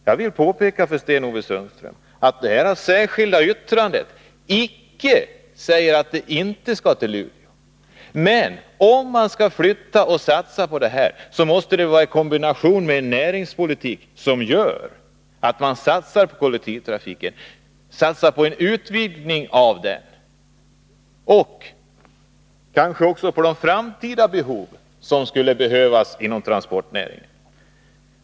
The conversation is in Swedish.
Jag vill påpeka för Sten-Ove Sundström att vårt särskilda yrkande inte säger att verket inte skall till Luleå, men vi menar att om man skall flytta, måste det ske i kombination med en näringspolitik som gör att man satsar på en utvidgning av kollektivtrafiken och kanske också på andra framtida åtgärder inom transportnäringen.